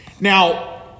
Now